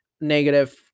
negative